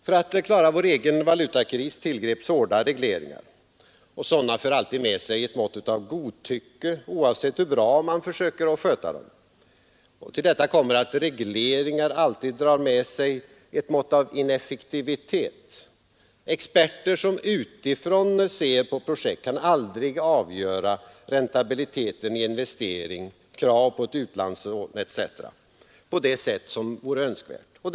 För att klara vår egen valutakris tillgreps hårda regleringar. Sådana för alltid med sig ett mått av godtycke, oavsett hur bra man försöker sköta dem. Till detta kommer att regleringar alltid drar med sig ett mått av ineffektivitet. Experter som utifrån ser på projekt kan aldrig helt avgöra räntabiliteten i en investering, krav på ett utlandslån etc. på det sätt som vore önskvärt.